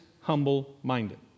humble-minded